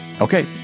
Okay